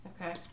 Okay